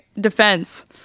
defense